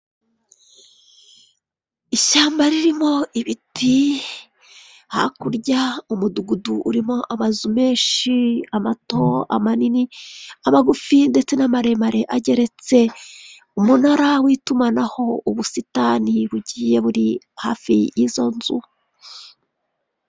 Ishyamba ririmo ibiti, hakurya umudugudu urimo amazu menshi, amato, manini, amagufi ndetse n'amaremare ageretse, umunara w'itumanaho, ubusitani bugiye buri hafi y'izo nzu.